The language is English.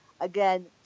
again